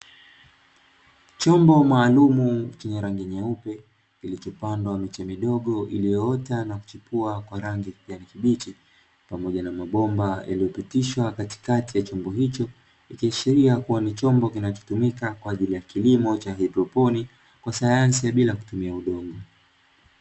Chombo maalumu chenye rangi nyeupe, kilichopandwa miche midogo ilioota na kuchipua kwa rangi ya kijani kibichi, pamoja na mabomba yaliyopitishwa katikati ya chombo hicho, kuashiria kuwa ni chombo kinachotumika kwa ajili ya kilimo cha haidroponi, kwa sayansi bila kutumia udongo.